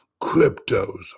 cryptos